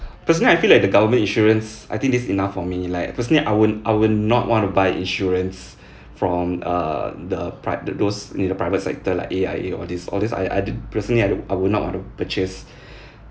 personally I feel like the government insurance I think that's enough for me like personally I won't I would not want to buy insurance from uh the pri~ the those in the private sector like AIA all these all these I I personally I don't I would not want to purchase